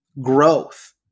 growth